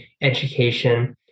education